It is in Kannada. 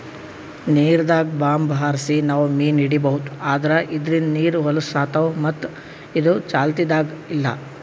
ನೀರ್ದಾಗ್ ಬಾಂಬ್ ಹಾರ್ಸಿ ನಾವ್ ಮೀನ್ ಹಿಡೀಬಹುದ್ ಆದ್ರ ಇದ್ರಿಂದ್ ನೀರ್ ಹೊಲಸ್ ಆತವ್ ಮತ್ತ್ ಇದು ಚಾಲ್ತಿದಾಗ್ ಇಲ್ಲಾ